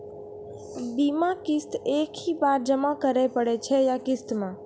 बीमा किस्त एक ही बार जमा करें पड़ै छै या किस्त मे?